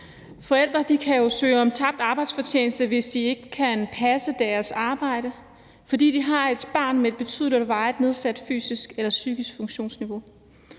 kompensation for tabt arbejdsfortjeneste, hvis de ikke kan passe deres arbejde, fordi de har et barn med et betydeligt eller varigt nedsat fysisk eller psykisk funktionsniveau.